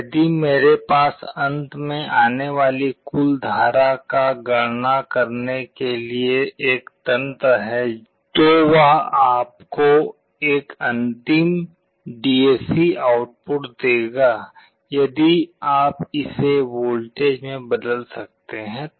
यदि मेरे पास अंत में आने वाली कुल धारा की गणना करने के लिए एक तंत्र है तो वह आपको एक अंतिम DAC आउटपुट देगा यदि आप इसे वोल्टेज में बदल सकते हैं तो